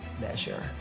measure